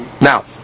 Now